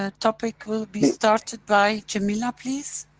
ah topic will be started by jamila, please?